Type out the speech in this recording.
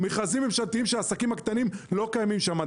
מכרזים ממשלתיים שהעסקים הקטנים לא קיימים שם.